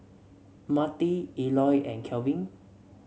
Mattie Eloy and Kelvin